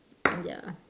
ya